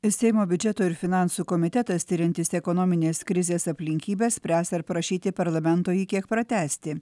seimo biudžeto ir finansų komitetas tiriantis ekonominės krizės aplinkybes spręs ar prašyti parlamento jį kiek pratęsti